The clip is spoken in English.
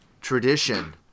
tradition